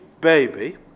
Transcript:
baby